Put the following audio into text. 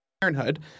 Parenthood